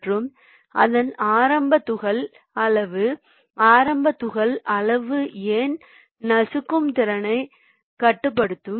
மற்றும் அதன் ஆரம்ப துகள் அளவு ஆரம்ப துகள் அளவு ஏன் நசுக்கும் திறனைக் கட்டுப்படுத்தும்